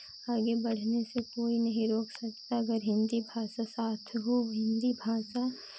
आगे बढ़ने से कोई नहीं रोक सकता अगर हिन्दी भाषा साथ हो हिन्दी भाषा